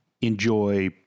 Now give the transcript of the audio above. enjoy